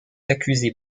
accusé